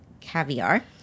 caviar